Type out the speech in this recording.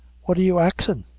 what are you axin?